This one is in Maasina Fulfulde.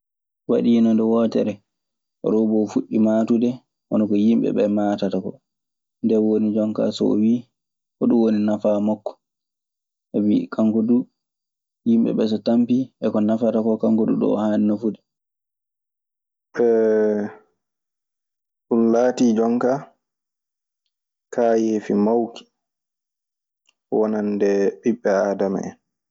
Waɗiino nde wootere, roboo fuɗɗii maatude hono ko yimɓe ɓee maatata koo. Nden woni jonkaa so o wii hoɗun woni nafaa makko. Sabi kanko duu, yimɓe ɓee so tampii e ko nafata koo, kanko duu ɗun o haani nafude. ɗum laati jonnka, kaayeefi mawki wonande ɓiɓɓe aadama en